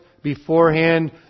beforehand